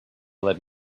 let